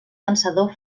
pensador